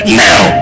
now